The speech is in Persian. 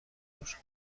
نور